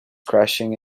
crashing